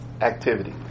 activity